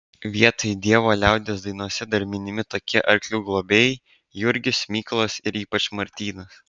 vietoj dievo liaudies dainose dar minimi tokie arklių globėjai jurgis mykolas ir ypač martynas